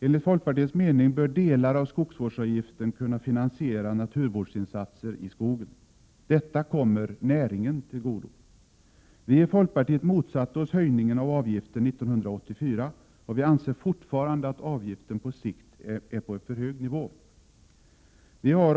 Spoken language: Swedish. Enligt fokpartiets mening bör delar av skogsvårdsvgiften kunna finansiera naturvårdsinsatser i skogen. Detta kommer näringen till godo. Vi i fokpartiet motsatte oss höjningen av avgiften 1984, och vi anser fortfarande att avgiften på sikt är på en för hög nivå.